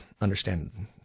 understand